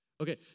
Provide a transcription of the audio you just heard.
Okay